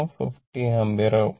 250 ampere ആവും